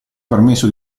permesso